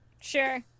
Sure